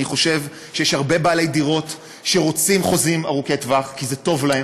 אני חושב שיש הרבה בעלי דירות שרוצים חוזים ארוכי-טווח כי זה טוב להם,